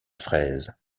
fraise